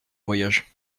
voyage